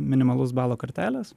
minimalaus balo kartelės